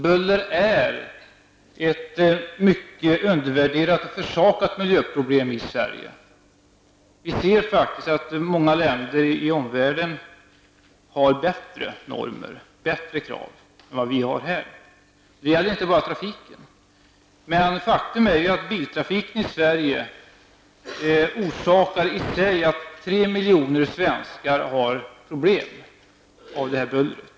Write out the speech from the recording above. Buller är ett mycket undervärderat och försummat miljöproblem i Sverige. I många länder i omvärlden har man bättre normer och krav än vad vi har. Det gäller inte bara trafiken. Faktum är att biltrafiken i Sverige i sig orsakar att tre miljoner svenskar får problem på grund av bullret.